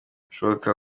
ibishoboka